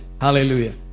Hallelujah